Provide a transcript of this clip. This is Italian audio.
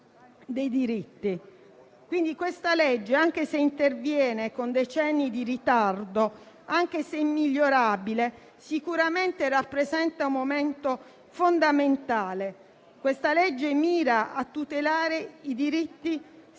diritti. Questa legge, anche se interviene con decenni di ritardo ed è migliorabile, sicuramente rappresenta un momento fondamentale, perché mira a tutelare i diritti sociali e